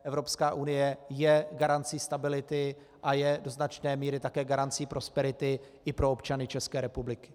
Evropská unie je garancí stability a je do značné míry také garancí prosperity i pro občany České republiky.